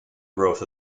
growth